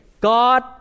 God